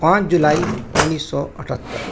पाँच जुलाई उन्नीस सौ अठहत्तर